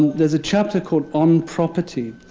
there's a chapter called on property.